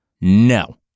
No